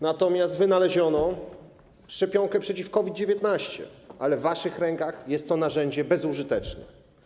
Natomiast wynaleziono szczepionkę przeciw COVID-19, ale w waszych rękach jest to narzędzie bezużyteczne.